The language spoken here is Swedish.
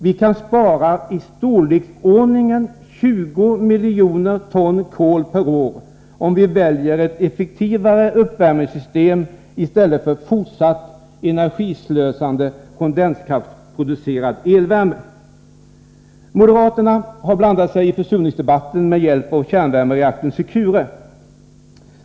Vi kan spara i storleksordningen 20 miljoner ton kol per år, om vi väljer ett effektivare uppvärmningssystem i stället för fortsatt energislösande kondenskraftsproducerad elvärme. Moderaterna har blandat sig i försurningsdebatten med hjälp av kärnvärmereaktorn Secure.